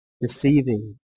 deceiving